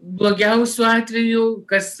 blogiausiu atveju kas